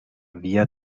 via